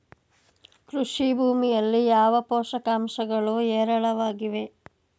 ಕೃಷಿ ಭೂಮಿಯಲ್ಲಿ ಯಾವ ಪೋಷಕಾಂಶಗಳು ಹೇರಳವಾಗಿವೆ?